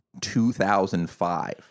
2005